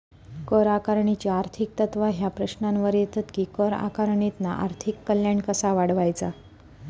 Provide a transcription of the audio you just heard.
कर आकारणीची आर्थिक तत्त्वा ह्या प्रश्नावर येतत कि कर आकारणीतना आर्थिक कल्याण कसा वाढवायचा?